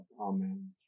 Amen